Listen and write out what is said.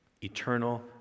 eternal